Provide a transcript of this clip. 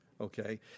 okay